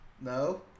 No